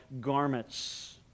garments